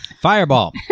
Fireball